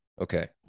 Okay